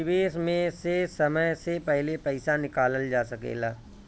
निवेश में से समय से पहले पईसा निकालल जा सेकला?